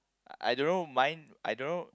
I don't know mine I don't know